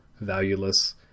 valueless